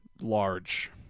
large